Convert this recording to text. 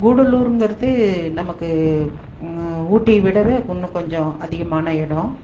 கூடலூருங்கிறது நமக்கு ஊட்டியை விடவே இன்னும் கொஞ்சம் அதிகமான இடோம்